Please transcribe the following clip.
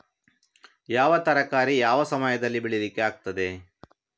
ಯಾವ ತರಕಾರಿ ಯಾವ ಸಮಯದಲ್ಲಿ ಬೆಳಿಲಿಕ್ಕೆ ಆಗ್ತದೆ?